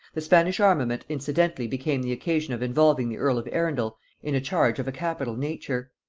the spanish armament incidentally became the occasion of involving the earl of arundel in a charge of a capital nature.